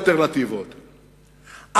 צריך לבחור בין האלטרנטיבות,